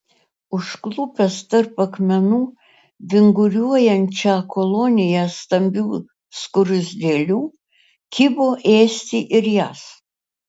užklupęs tarp akmenų vinguriuojančią koloniją stambių skruzdėlių kibo ėsti ir jas